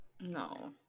no